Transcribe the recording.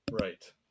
Right